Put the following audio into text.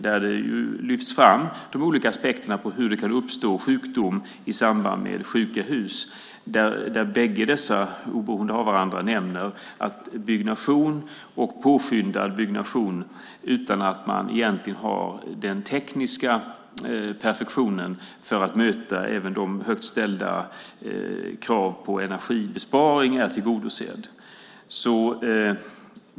Där lyfter man fram de olika aspekterna på hur sjukdom kan uppstå i samband med sjuka hus, och bägge dessa nämner oberoende av varandra att byggnation och påskyndad byggnation sker utan att den tekniska perfektionen för att möta även de högt ställda kraven på energibesparing är tillgodosedd.